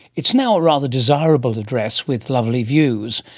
it's now a rather desirable address with lovely views,